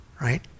right